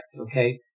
okay